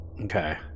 Okay